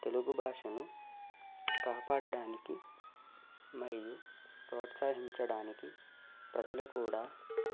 తెలుగు భాషను కాపాడడానికి మరియు ప్రోత్సహించడానికి ప్రజలు కూడా